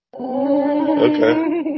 Okay